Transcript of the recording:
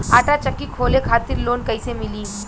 आटा चक्की खोले खातिर लोन कैसे मिली?